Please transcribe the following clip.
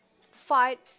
fight